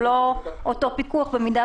לכן הפיקוח הוא לא אותו פיקוח במדיה